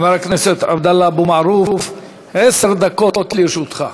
חבר הכנסת עבדאללה אבו מערוף, עשר דקות לרשותך.